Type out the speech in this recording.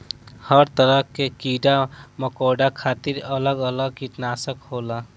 हर तरह के कीड़ा मकौड़ा खातिर अलग अलग किटनासक होला